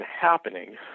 happening